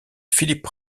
philip